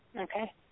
Okay